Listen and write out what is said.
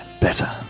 better